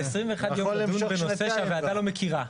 אבל 21 יום לדון בנושא שהוועדה לא מכירה,